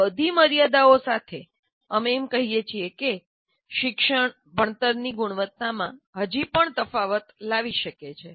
આ બધી મર્યાદાઓ સાથે અમે કહીએ છીએ કે શિક્ષક ભણતરની ગુણવત્તામાં હજી પણ તફાવત લાવી શકે છે